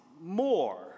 more